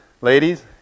ladies